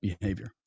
behavior